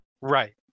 Right